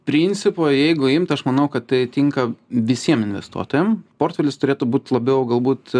principo jeigu imt aš manau kad tai tinka visiem investuotojam portfelis turėtų būt labiau galbūt